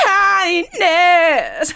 kindness